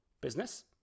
business